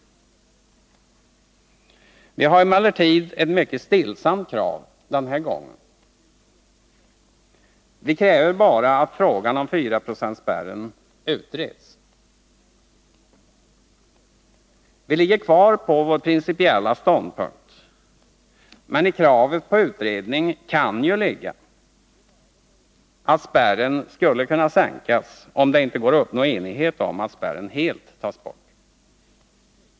Vi har emellertid ett mycket stillsamt krav denna gång. Vi kräver bara att frågan om 4-procentsspärren utreds. Vi ligger kvar på vår principiella ståndpunkt, men i kravet på utredning kan ju ligga att spärren skulle kunna sänkas om det inte går att uppnå enighet om att spärren helt skall tas bort.